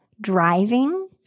driving